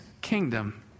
kingdom